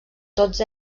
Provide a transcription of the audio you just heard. tots